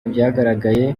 byagaragaye